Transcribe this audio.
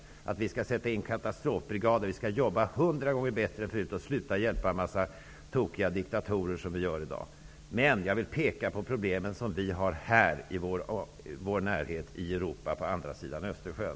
Jag har sagt att vi skall sätta in katastrofbrigader och att vi skall arbeta hundra gånger bättre än tidigare, och att vi skall sluta hjälpa en massa tokiga diktatorer, vilka vi hjälper i dag. Jag vill dock peka på problemen som finns i vår närhet i Europa, på andra sidan Östersjön.